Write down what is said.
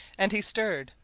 and he stirred,